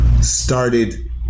started